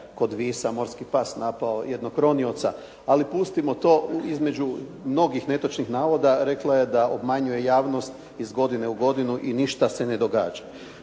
kod Visa morski pas napao jednog ronioca, ali pustimo to. Između mnogih netočnih navoda rekla je da obmanjuje javnost iz godine u godinu i ništa se ne događa.